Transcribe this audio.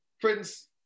Prince